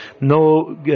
no